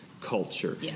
culture